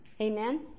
Amen